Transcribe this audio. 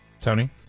Tony